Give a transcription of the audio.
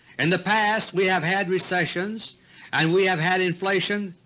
and the past we have had recessions and we have had inflation,